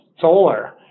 solar